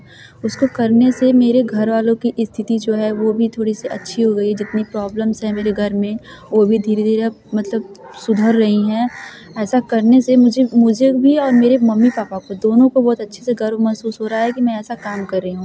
उसको करने से मेरे घर वालों की स्थिति जो है वो भी थोड़ी सी अच्छी हो गई है जितनी प्रॉब्लम्स है मेरे घर में वह भी धीरे धीरे मतलब सुधर रही हैं ऐसा करने से मुझे मुझे भी और मेरे मम्मी पापा को दोनों को बहुत अच्छे से गर्व महसूस हो रहा है कि मैं ऐसा काम कर रही हूँ